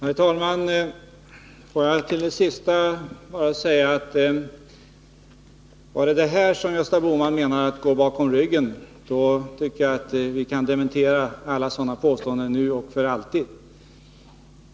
| Herr talman! Får jag till det senaste bara säga att om det var det här som Gösta Bohman menade med att gå bakom ryggen, då tycker jag att vi nu och | för alltid kan dementera alla påståenden om att så skulle ha skett.